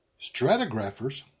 stratigraphers